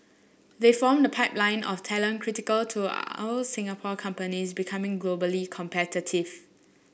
they form the pipeline of talent critical to our Singapore companies becoming globally competitive